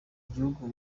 igihugu